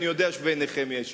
ואני יודע שבעיניכם יש הבדל.